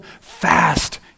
fast